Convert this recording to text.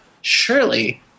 Surely